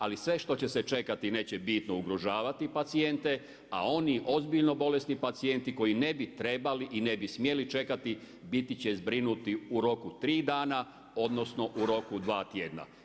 Ali sve što će se čekati neće bitno ugrožavati pacijente, a oni ozbiljno bolesni pacijenti koji ne bi trebali i ne bi smjeli čekati biti će zbrinuti u roku tri dana odnosno u roku od dva tjedna.